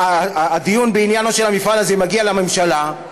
והדיון בעניינו של המפעל הזה מגיע לממשלה,